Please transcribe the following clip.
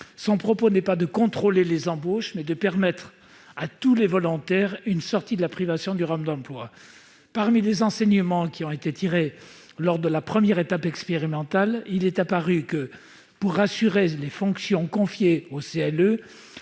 est non pas de contrôler les embauches, mais de permettre à tous les volontaires une sortie de la privation durable d'emploi. Parmi les enseignements tirés de la première étape expérimentale, il est apparu que, pour assurer les fonctions confiées au CLE,